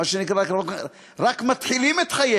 הם רק מתחילים את חייהם,